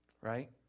right